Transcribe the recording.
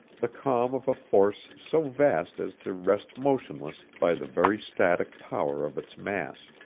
the calm of a force so vast as to rest motionless by the very static power of its mass.